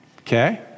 Okay